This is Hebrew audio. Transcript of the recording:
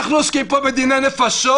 אנחנו עוסקים פה בדיני נפשות,